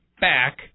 back